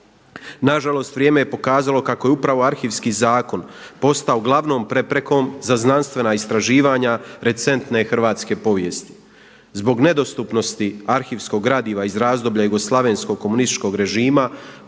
Na žalost vrijeme je pokazalo kako je upravo Arhivski zakon postao glavnom preprekom za znanstvena istraživanja recentne hrvatske povijesti. Zbog nedostupnosti arhivskog gradiva iz razdoblja jugoslavenskog komunističkog režima